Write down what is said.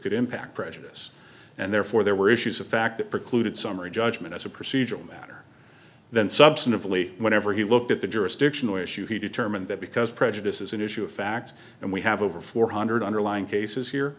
could impact prejudice and therefore there were issues of fact that precluded summary judgment as a procedural matter then substantively whenever he looked at the jurisdictional issue he determined that because prejudice is an issue of fact and we have over four hundred underlying cases here